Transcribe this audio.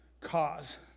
cause